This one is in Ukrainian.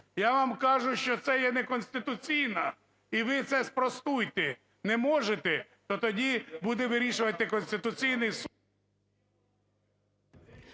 Я вам кажу, що це є некоституційно і ви це спростуйте. Не можете? То тоді буде вирішувати Конституційний Суд…